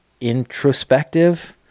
introspective